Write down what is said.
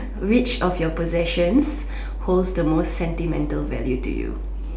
which of your possessions holds the most sentimental value to you